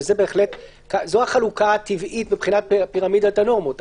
וזו החלוקה הטבעית מבחינת פירמידת הנורמות.